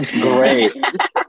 Great